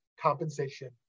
compensation